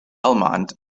belmont